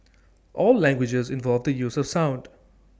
all languages involve the use of sound